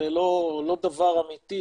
זה לא דבר אמיתי,